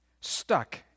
stuck